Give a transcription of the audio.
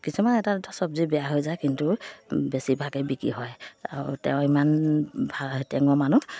কিছুমান এটা এটা চব্জি বেয়া হৈ যায় কিন্তু বেছিভাগে বিক্ৰী হয় আৰু তেওঁ ইমান ভা টেঙৰ মানুহ